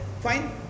fine